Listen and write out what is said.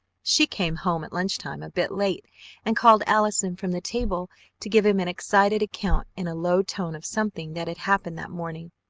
she came home at lunchtime a bit late and called allison from the table to give him an excited account in a low tone of something that had happened that morning.